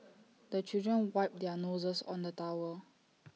the children wipe their noses on the towel